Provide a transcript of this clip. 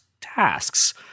tasks